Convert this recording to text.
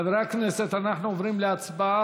חברי הכנסת, אנחנו עוברים להצבעה.